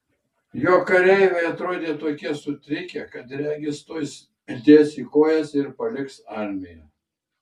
jo kareiviai atrodė tokie sutrikę kad regis tuoj dės į kojas ir paliks armiją